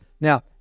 Now